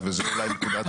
וזו אולי נקודת החיתוך.